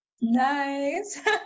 Nice